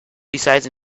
besides